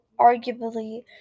arguably